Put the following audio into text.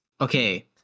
Okay